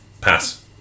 Pass